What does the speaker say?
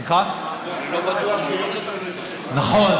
נכון.